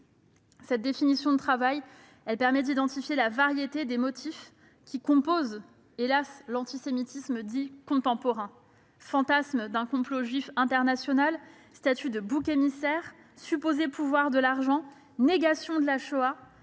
Cette définition de travail permet d'identifier la variété des motifs qui composent, hélas, l'antisémitisme contemporain : fantasme du complot juif international, statut de bouc émissaire, pouvoir supposé de l'argent, négation de la Shoah,